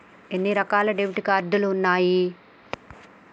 ఎన్ని రకాల debit card ఉన్నాయి?